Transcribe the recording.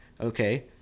Okay